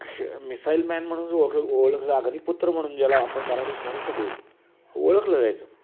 missile man म्हणूनच ओळख ओळखलं अग्निपुत्र म्हणून ज्याला आपण मराठीत म्हणू शकू ओळखलं जायचं